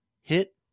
hit